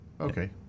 Okay